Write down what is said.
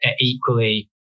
equally